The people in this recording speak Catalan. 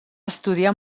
estudiar